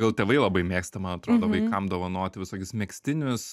gal tėvai labai mėgsta man atrodo vaikam dovanoti visokius megztinius